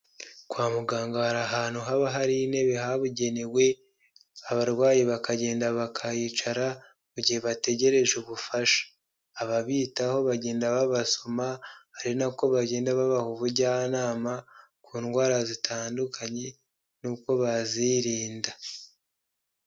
Kwa muganga hari ahantu haba hari intebe habugenewe, abarwayi bakagenda bakayicara, mu gihe bategereje ubufasha. Ababitaho bagenda babasoma, ari nako bagenda babaha ubujyanama, ku ndwara zitandukanye n'uko bazirinda.